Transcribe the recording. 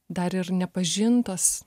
dar ir nepažintos